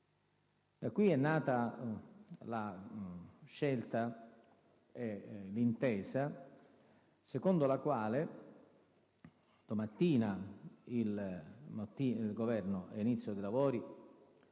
Da qui è nata la scelta e l'intesa secondo la quale domattina il Governo, ad inizio dei lavori,